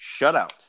shutout